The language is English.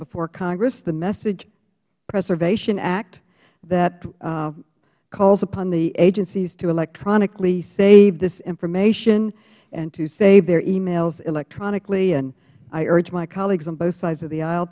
before congress the message preservation act that calls upon the agencies to electronically save this information and to save their emails electronically and i urge my colleagues on both sides of the aisle